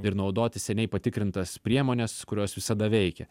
ir naudoti seniai patikrintas priemones kurios visada veikia